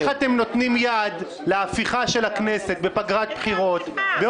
איך אתם נותנים יד להפיכה של הכנסת בפגרת בחירות,